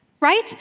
Right